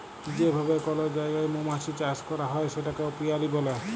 যে ভাবে কল জায়গায় মমাছির চাষ ক্যরা হ্যয় সেটাকে অপিয়ারী ব্যলে